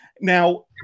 Now